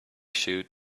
shoot